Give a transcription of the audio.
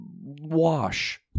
Wash